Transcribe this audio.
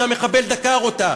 שהמחבל דקר אותה.